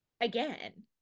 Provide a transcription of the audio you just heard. again